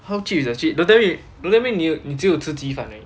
how cheap is the cheap don't tell don't tell me 你你只有吃鸡饭而已